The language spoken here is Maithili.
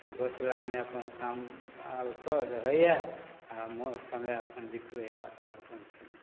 घोसलामे अपन काम आबिकऽ रहैए आओर मौ समय अपन बितबैए अपन अपन समय